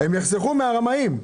הרמאים.